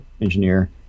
engineer